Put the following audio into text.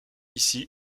ici